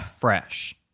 fresh